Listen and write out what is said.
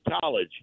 college